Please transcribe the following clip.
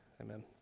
Amen